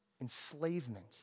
enslavement